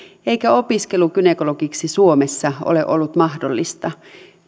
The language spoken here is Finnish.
eikä opiskelu gynekologiksi suomessa ole ollut mahdollista